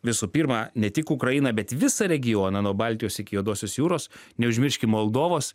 visų pirma ne tik ukrainą bet visą regioną nuo baltijos iki juodosios jūros neužmirškim moldovos